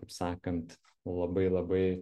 kaip sakant labai labai